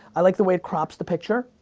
i like the way it crops the picture,